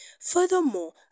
Furthermore